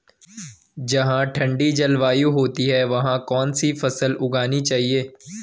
जहाँ ठंडी जलवायु होती है वहाँ कौन सी फसल उगानी चाहिये?